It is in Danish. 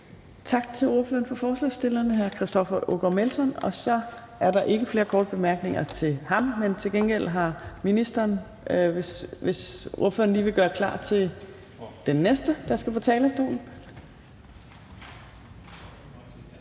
Tak til ordføreren for forslagsstillerne, hr. Christoffer Aagaard Melson. Der er ikke flere korte bemærkninger til ordføreren, men hvis ordføreren lige vil gøre klar til den næste, der skal på talerstolen.